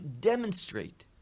demonstrate